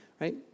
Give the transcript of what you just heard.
right